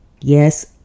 Yes